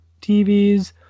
TVs